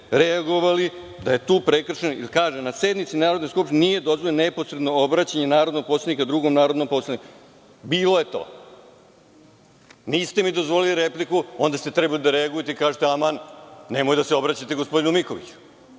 reagovali, da je tu prekršen, jer kaže – na sednici Narodne skupštine nije dozvoljeno nepotrebno obraćanje narodnog poslanika drugom narodnom poslaniku. Bilo je to. Niste mi dozvolili repliku, onda ste trebali da reagujete i kažete – nemojte da se obraćate gospodine Mikoviću.